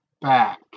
back